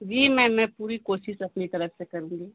जी ma'am मैं पूरी कोशिश अपनी तरफ से करूँगी